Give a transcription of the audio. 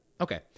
Okay